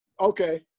okay